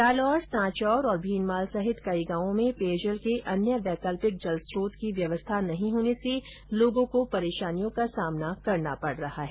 जालौर सांचोर और भीनमाल सहित कई गावों में पेयजल के अन्य वैकल्पिक जलस्त्रोत की व्यवस्था नहीं होने से लोगों को परेशानियों का सामना करना पड रहा है